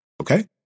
okay